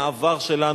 אל העבר שלנו.